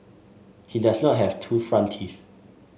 he does not have two front teeth